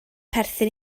perthyn